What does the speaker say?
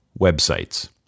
websites